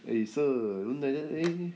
eh sir don't like that leh